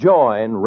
Join